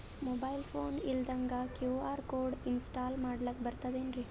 Mobile phone ಇಲ್ದಂಗ QR code install ಮಾಡ್ಲಕ ಬರ್ತದೇನ್ರಿ?